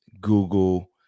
Google